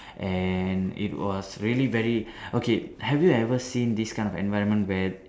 and it was really very okay have you ever seen this kind of environment where